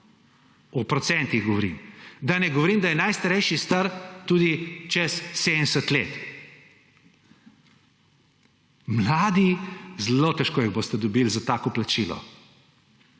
O procentih govorim. Da ne govorim, da je najstarejši star tudi čez 70 let. Mladi – zelo težko jih boste dobili za tako plačilo.